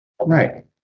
Right